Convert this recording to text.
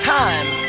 time